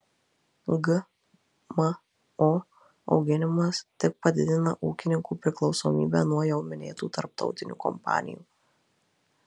gmo auginimas tik padidina ūkininkų priklausomybę nuo jau minėtų tarptautinių kompanijų